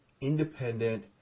independent